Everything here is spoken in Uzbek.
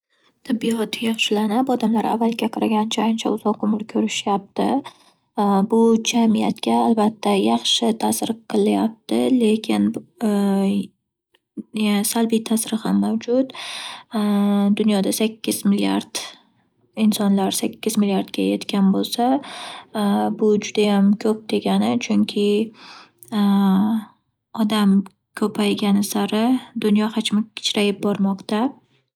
Tibbiyot yaxshilanib, odamlar avvalgiga qaragancha ancha uzoq umr ko'rishyapti. Bu jamiyatga, albatta, yaxshi ta'sir qilyapti. Lekin salbiy ta'siri ham mavjud. Dunyoda sakkiz milliard - insonlar sakkiz milliardga yetgan bo'lsa, bu judayam ko'p degani. Chunki, odam ko'paygani sari, dunyo hajmi kichrayib bormoqda.